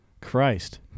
Christ